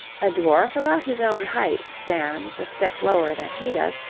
a dwarf about his own height stands a step lower than he does,